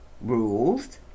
rules